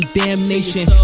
damnation